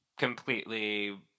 completely